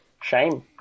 Shame